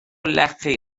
lechi